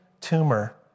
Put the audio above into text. tumor